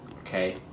Okay